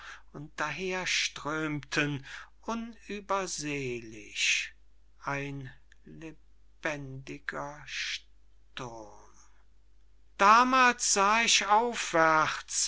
und daherströmten unübersehlich ein lebendiger sturm damals sah ich aufwärts